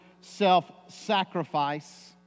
self-sacrifice